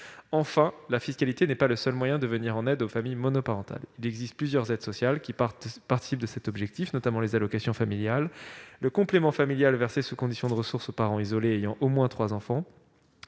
Enfin, la fiscalité n'est pas le seul moyen de venir en aide aux familles monoparentales. Il existe plusieurs aides sociales qui participent de cet objectif, notamment les allocations familiales, le complément familial versé sous condition de ressources aux parents isolés ayant au moins trois enfants,